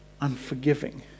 unforgiving